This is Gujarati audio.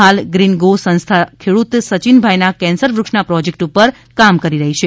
હાલ ગ્રીન ગો સંસ્થા ખેડૂત સચિનભાઇના કેન્સર વૃક્ષના પ્રોજેક્ટ પર કામ કરી રહી છે